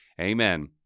Amen